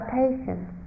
patience